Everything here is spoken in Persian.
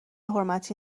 حرمتی